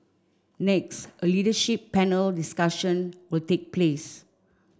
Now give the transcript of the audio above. next a leadership panel discussion will take place